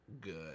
good